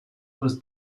was